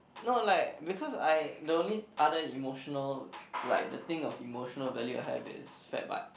no like because I the only other emotional like the thing of emotional value I have is fat butt